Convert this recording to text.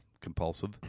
compulsive